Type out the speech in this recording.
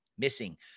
missing